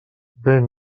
ben